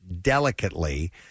delicately